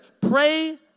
pray